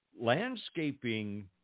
landscaping